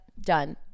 done